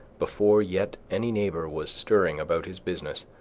before yet any neighbor was stirring about his business,